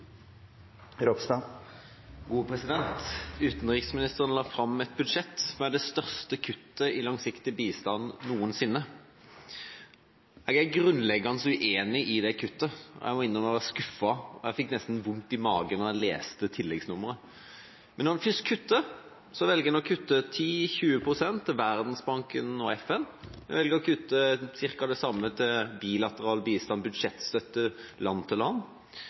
Utenriksministeren la fram et budsjett med det største kuttet i langsiktig bistand noensinne. Jeg er grunnleggende uenig i det kuttet. Jeg må innrømme at jeg var skuffet, og jeg fikk nesten vondt i magen da jeg leste tilleggsnummeret. Men når en først kutter, velger en å kutte 10–20 pst. til Verdensbanken og FN, en velger å kutte ca. det samme til bilateral bistand, budsjettstøtte land-til-land, og så velger en å kutte 67 pst., to tredjedeler, til